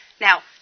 Now